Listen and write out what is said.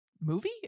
Movie